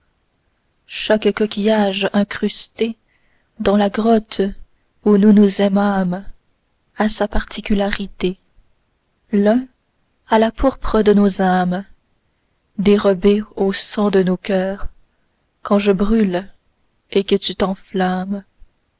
chaque coquillage incrusté dans la grotte où nous nous aimâmes a sa particularité l'un a la pourpre de nos âmes dérobée au sang de nos coeurs quand je brûle et que tu t'enflammes